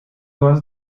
was